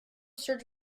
search